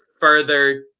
further